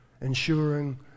ensuring